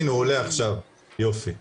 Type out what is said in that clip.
הנה הוא עולה עכשיו, יופי נהדר.